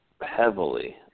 heavily